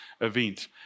event